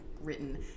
written